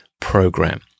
program